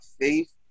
faith